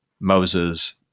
Moses